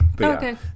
Okay